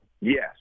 Yes